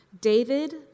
David